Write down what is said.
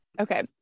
Okay